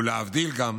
ולהבדיל, גם